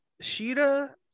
Sheeta